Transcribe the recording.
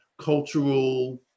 cultural